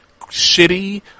shitty